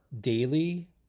daily